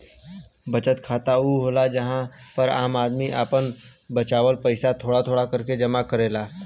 बचत खाता ऊ होला जहां पर आम आदमी आपन बचावल पइसा थोड़ा थोड़ा करके जमा करेला